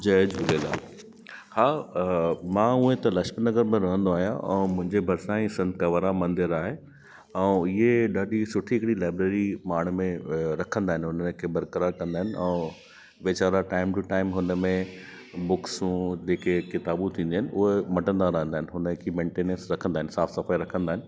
जय झूलेलाल हा मां हूअं त लजपत नगर में रहंदो आहियां ऐं मुंहिंजे बरिसां ई संत कंवर राम मंदिर आहे ऐं इहे ॾाढी सुठी हिकिड़ी लाइब्रेरी पाण में रखंदा आहिनि उनखे बरकरार रखंदा आहिनि ऐं वीचारा टाइम टू टाइम उनमें बुक्सू जेके किताबू थींदी आहिनि हूअ मटंदा रहंदा आहिनि उनखे मेंटेनंस रखंदा आहिनि साफ़ सफाई रखंदा आहिनि